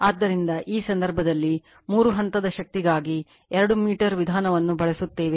ಆದ್ದರಿಂದ ಈ ಸಂದರ್ಭದಲ್ಲಿ ಮೂರು ಹಂತದ ಶಕ್ತಿಗಾಗಿ 2 ಮೀಟರ್ ವಿಧಾನವನ್ನು ಬಳಸುತ್ತೇವೆ